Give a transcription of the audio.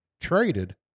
Traded